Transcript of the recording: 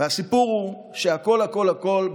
והסיפור הוא שהכול הכול הכול,